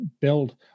build